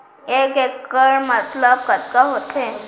एक इक्कड़ मतलब कतका होथे?